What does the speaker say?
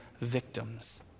victims—